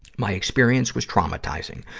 my experience was traumatizing,